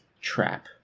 trap